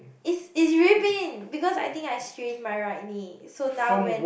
it's it's really pain because I think I strain my right knee so now when